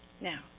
Now